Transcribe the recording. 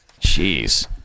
Jeez